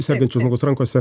sekančio žmogaus rankose